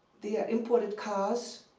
they ah imported cars.